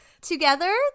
Together